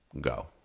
Go